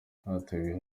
cyateguwe